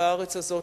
בארץ הזאת,